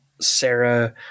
Sarah